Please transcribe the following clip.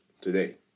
today